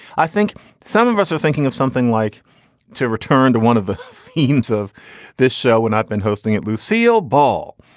i think some of us are thinking of something like to return to one of the themes of this show when i've been hosting it lucille ball,